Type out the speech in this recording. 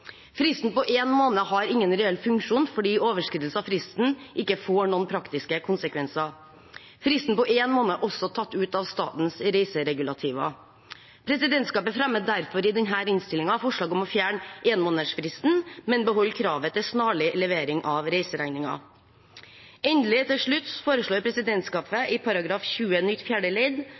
Fristen på én måned har ingen reell funksjon, fordi overskridelse av fristen ikke får noen praktiske konsekvenser. Fristen på én måned er også tatt ut av statens reiseregulativer. Presidentskapet fremmer i innstillingen derfor forslag om å fjerne fristen på én måned, men å beholde kravet til snarlig levering av reiseregninger. Til slutt foreslår presidentskapet i § 20 nytt fjerde ledd